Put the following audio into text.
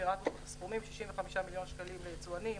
פירטנו את הסכומים - 65 מיליון שקלים ליצואנים,